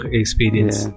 experience